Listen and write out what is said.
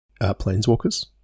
Planeswalkers